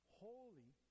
holy